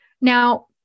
Now